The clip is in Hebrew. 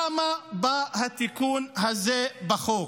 למה בא התיקון הזה בחוק